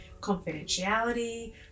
confidentiality